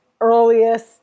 earliest